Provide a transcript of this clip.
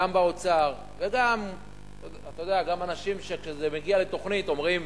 גם באוצר, וגם אנשים שכשזה מגיע לתוכנית אומרים: